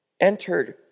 entered